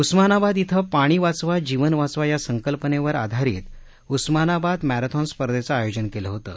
उस्मानाबाद क्रि पाणी वाचवा जीवन वाचवा या संकल्पनेवर आधारित उस्मानाबाद मध्येंचींन स्पर्धेचं आयोजन केलं होतं